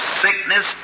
sickness